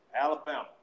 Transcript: Alabama